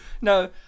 no